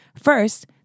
First